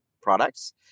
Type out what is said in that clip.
products